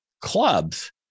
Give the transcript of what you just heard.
clubs